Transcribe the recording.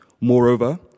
Moreover